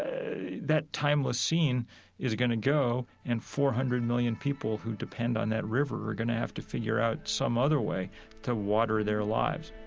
that timeless scene is going to go, and four hundred million people who depend on that river are going to have to figure out some other way to water their lives